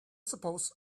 suppose